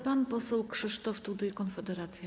Pan poseł Krzysztof Tuduj, Konfederacja.